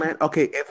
Okay